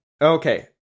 Okay